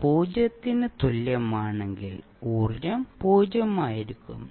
പൂജ്യത്തിന് തുല്യമാണെങ്കിൽ ഊർജ്ജം 0 ആയിരിക്കും